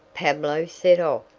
pablo set off,